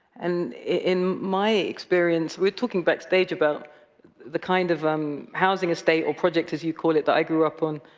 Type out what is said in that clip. and in my experience, we were talking backstage about the kind of um housing estate, or project, as you call it, that i grew up on,